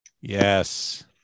Yes